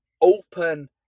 open